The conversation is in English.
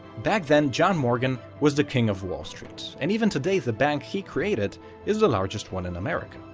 back then, john morgan was the king of wall street, and even today the bank he created is the largest one in america.